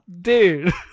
dude